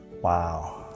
Wow